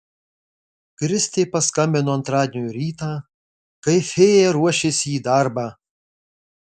kristė paskambino antradienio rytą kai fėja ruošėsi į darbą